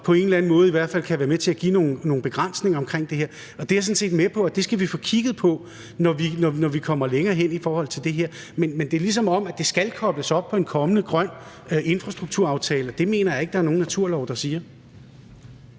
som på en eller anden måde kan være med til at give nogle begrænsninger. Det er jeg sådan set med på at vi skal få kigget på, når vi kommer længere hen i det her. Men det er, som om det skal kobles op på en kommende grøn infrastrukturaftale. Det mener jeg ikke der er nogen naturlov der siger.